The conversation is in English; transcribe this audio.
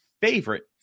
favorite